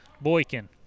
Boykin